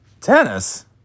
Tennis